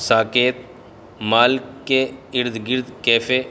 Saket mall کے ارد گرد کیفے